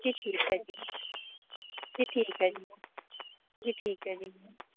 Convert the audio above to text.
ਜੀ ਠੀਕ ਹੈ ਜੀ ਠੀਕ ਹੈ ਜੀ ਜੀ ਠੀਕ ਹੈ ਜੀ